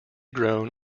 grown